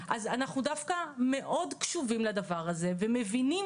אז אנחנו דווקא מאוד קשובים לדבר הזה ומבינים